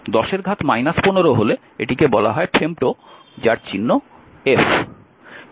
10 এর ঘাত 15 হলে এটিকে বলা হয় ফেমটো যার চিহ্ন f